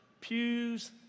pews